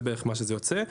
זה בערך מה שזה יוצא.